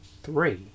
Three